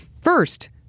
First